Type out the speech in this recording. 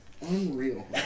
unreal